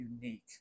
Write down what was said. unique